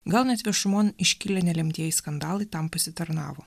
gal net viešumon iškilę nelemtieji skandalai tam pasitarnavo